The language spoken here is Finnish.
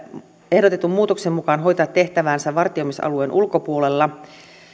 ehdotetun muutoksen mukaan hoitaa tehtäväänsä vartioimisalueen ulkopuolella